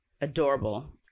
adorable